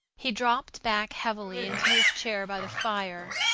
he dropped back heavily into his chair by the fire.